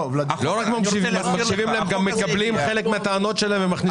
לא רק מקשיבים אלא גם מקבלים חלק מהטענות שלהם ומכניסים אותן לחוק.